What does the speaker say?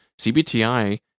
CBTI